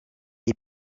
est